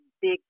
big